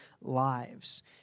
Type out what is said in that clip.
lives